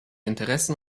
interessen